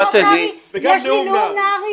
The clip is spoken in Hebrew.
יש לי נאום נהרי,